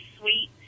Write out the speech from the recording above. sweet